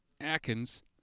Atkins